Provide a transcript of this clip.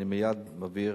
אני מייד מעביר.